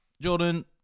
Jordan